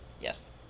Yes